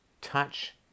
touch